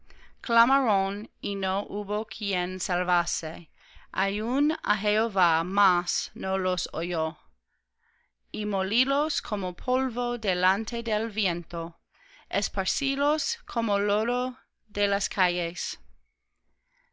clamaron y no hubo quien salvase aun á jehová mas no los oyó y molílos como polvo delante del viento esparcílos como lodo de las calles